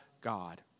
God